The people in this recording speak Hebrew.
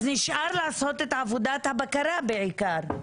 אז נשאר לעשות את עבודת הבקרה בעיקר,